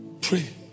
pray